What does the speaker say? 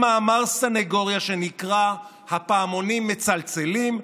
מאמר סנגוריה שנקרא "הפעמונים מצלצלים",